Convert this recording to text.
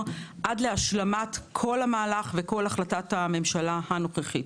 עד להשלמת כל המהלך וכל החלטת הממשלה הנוכחית.